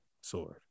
sword